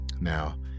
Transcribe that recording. Now